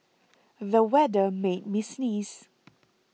the weather made me sneeze